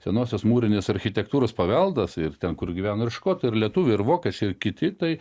senosios mūrinės architektūros paveldas ir ten kur gyveno škotai ir lietuviai ir vokiečiai ir kiti tai